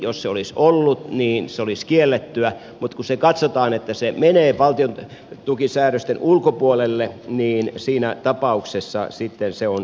jos se olisi ollut niin se olisi kiellettyä mutta kun katsotaan että se menee valtiontukisäädösten ulkopuolelle niin siinä tapauksessa sitten se on hyväksyttävää